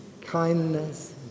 kindness